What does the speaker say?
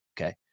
okay